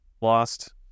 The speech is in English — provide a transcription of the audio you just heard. lost